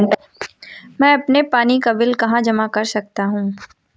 मैं अपने पानी का बिल कहाँ जमा कर सकता हूँ?